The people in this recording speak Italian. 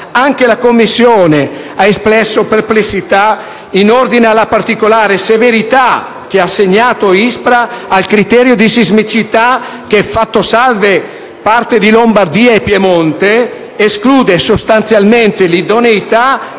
Anche la Commissione ha espresso perplessità in ordine alla particolare severità che l'ISPRA ha assegnato al criterio di sismicità che, fatte salve parte di Lombardia e Piemonte, esclude sostanzialmente l'idoneità